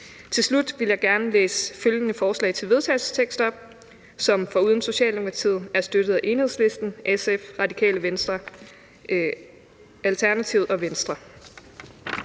Til slut vil jeg gerne læse følgende forslag til vedtagelse op, som foruden Socialdemokratiet er støttet af Enhedslisten, SF, Radikale Venstre, Alternativet og Venstre: